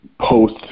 post